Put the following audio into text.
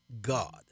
God